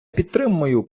підтримую